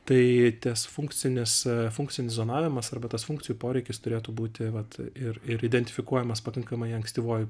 tai ties funkcinis funkcinis zonavimas arba tas funkcijų poreikis turėtų būti vat ir ir identifikuojamas pakankamai ankstyvoj